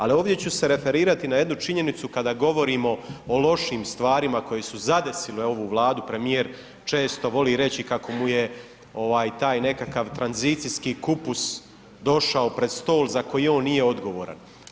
Ali ovdje ću se referirati na jednu činjenicu kada govorimo o lošim stvarima koje su zadesile ovu Vladu, premijer često voli reći kako mu je taj nekakav tranzicijski kupus došao pred stol za koji on nije odgovoran.